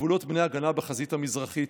בגבולות בני הגנה בחזית המזרחית.